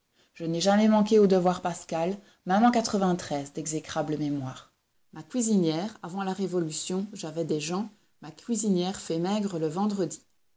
je n'ai jamais manqué au devoir pascal même en d'exécrable mémoire ma cuisinière avant la révolution j'avais des gens ma cuisinière fait maigre le vendredi